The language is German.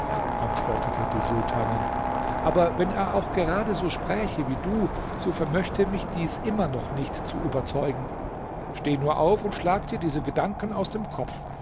antwortete die sultanin aber wenn er auch gerade so spräche wie du so vermöchte mich dies immer noch nicht zu überzeugen steh nur auf und schlag dir diese gedanken aus dem kopf